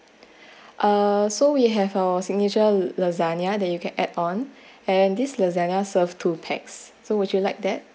uh so we have our signature lasagna that you can add on and this lasagna serves two pax so would you like that